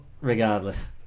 regardless